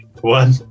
One